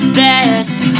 best